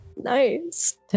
Nice